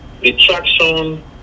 retraction